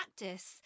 practice